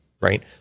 right